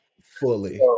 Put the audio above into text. Fully